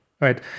right